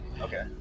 Okay